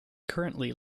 currently